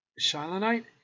Shilonite